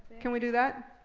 can we do that?